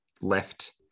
left